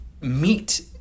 meet